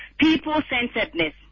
people-centeredness